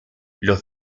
los